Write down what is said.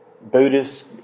Buddhist